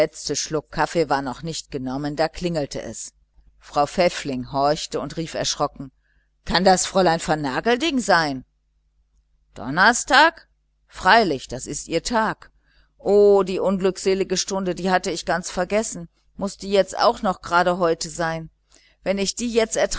schluck kaffee war noch nicht genommen da klingelte es frau pfäffling horchte und rief erschrocken kann das fräulein vernagelding sein donnerstag freilich das ist ihr tag o die unglückselige stunde die hatte ich total vergessen muß die auch gerade heute sein wenn ich die jetzt